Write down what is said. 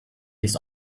his